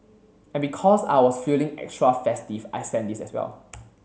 and because I was feeling extra festive I sent this as well